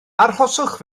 arhoswch